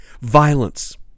Violence